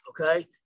okay